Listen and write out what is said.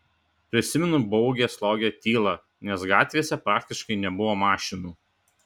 prisimenu baugią slogią tylą nes gatvėse praktiškai nebuvo mašinų